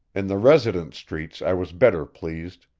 in the residence streets i was better pleased.